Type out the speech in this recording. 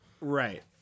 Right